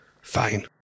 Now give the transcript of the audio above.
Fine